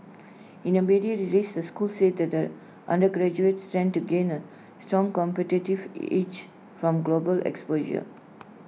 in A media release the school said that undergraduates stand to gain A strong competitive edge from global exposure